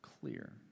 clear